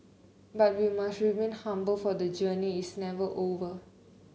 but we must remain humble for the journey is never over